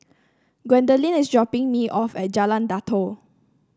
gwendolyn is dropping me off at Jalan Datoh